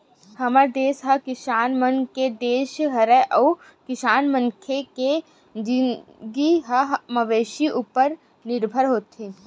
हमर देस ह किसान मन के देस हरय अउ किसान मनखे के जिनगी ह मवेशी उपर निरभर होथे